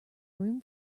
room